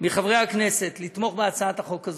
מחברי הכנסת לתמוך בהצעת החוק הזאת,